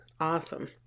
awesome